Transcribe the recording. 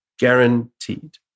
guaranteed